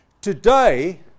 today